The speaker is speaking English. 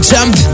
Jump